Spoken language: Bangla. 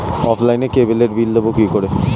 অফলাইনে ক্যাবলের বিল দেবো কি করে?